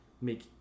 make